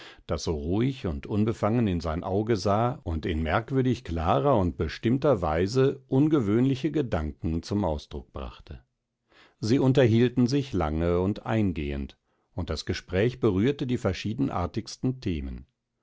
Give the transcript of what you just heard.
das so ruhig und unbefangen in sein auge sah und in merkwürdig klarer und bestimmter weise ungewöhnliche gedanken zum ausdruck brachte sie unterhielten sich lange und eingehend und das gespräch berührte die verschiedenartigsten themen